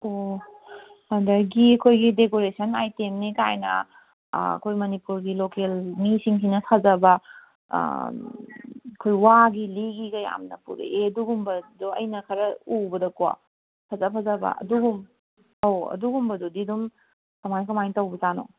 ꯑꯣ ꯑꯗꯒꯤ ꯑꯩꯈꯣꯏꯒꯤ ꯗꯦꯀꯣꯔꯦꯁꯟ ꯑꯥꯏꯇꯦꯝꯅꯦꯒꯥꯏꯅ ꯑꯩꯈꯣꯏ ꯃꯅꯤꯄꯨꯔꯒꯤ ꯂꯣꯀꯦꯜ ꯃꯤꯁꯤꯡꯁꯤꯅ ꯐꯖꯕ ꯑꯩꯈꯣꯏ ꯋꯥꯒꯤ ꯂꯤꯒꯤꯒ ꯌꯥꯝꯅ ꯄꯣꯔꯛꯑꯦ ꯑꯗꯨꯒꯨꯝꯕꯗꯣ ꯑꯩꯅ ꯈꯔ ꯎꯕꯗꯀꯣ ꯐꯖ ꯐꯖꯕ ꯑꯧ ꯑꯗꯨꯒꯨꯝꯕꯗꯨꯗꯤ ꯑꯗꯨꯝ ꯀꯃꯥꯏ ꯀꯃꯥꯏ ꯇꯧꯕꯖꯥꯠꯅꯣ